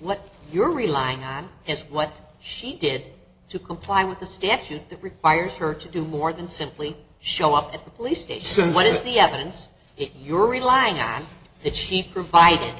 what you're relying on and what she did to comply with the statute that requires her to do more than simply show up at the police state since when is the evidence you're relying on that she provided